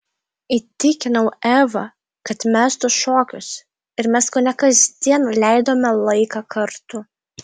įtikinau evą kad mestų šokius ir mes kone kasdien leidome laiką kartu